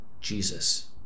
Jesus